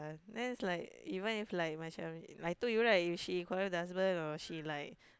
then it's like even if like macam I told you right if she quarrel with the husband or she like